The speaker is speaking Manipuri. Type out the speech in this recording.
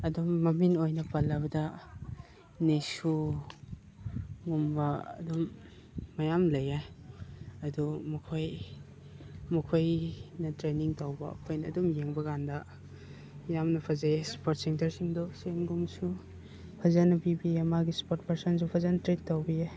ꯑꯗꯨꯝ ꯃꯃꯤꯡ ꯑꯣꯏꯅ ꯄꯜꯂꯕꯗ ꯅꯤꯁꯨꯒꯨꯝꯕ ꯑꯗꯨꯝ ꯃꯌꯥꯝ ꯂꯩꯌꯦ ꯑꯗꯨ ꯃꯈꯣꯏ ꯃꯈꯣꯏꯅ ꯇ꯭ꯔꯦꯅꯤꯡ ꯇꯧꯕ ꯑꯩꯈꯣꯏꯅ ꯑꯗꯨꯝ ꯌꯦꯡꯕ ꯀꯥꯟꯗ ꯌꯥꯝꯅ ꯐꯖꯩ ꯏꯁꯄꯣꯔꯠ ꯁꯦꯟꯇꯔꯁꯤꯡꯗꯣ ꯁꯦꯜꯒꯨꯝꯕꯁꯨ ꯐꯖꯅ ꯄꯤꯕꯤꯌꯦ ꯃꯥꯒꯤ ꯏꯁꯄꯣꯔꯠ ꯄꯥꯔꯁꯟꯁꯨ ꯐꯖꯅ ꯇ꯭ꯔꯤꯠ ꯇꯧꯕꯤꯌꯦ